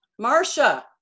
Marsha